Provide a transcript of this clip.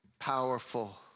Powerful